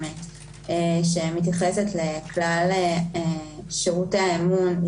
שמתייחסת לכלל שירותי האמון,